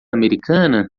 americana